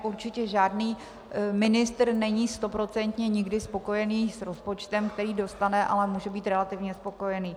Určitě žádný ministr není stoprocentně nikdy spokojený s rozpočtem, který dostane, ale může být relativně spokojený.